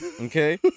okay